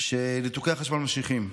שניתוקי החשמל נמשכים.